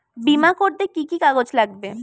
বিমা করতে কি কি কাগজ লাগবে?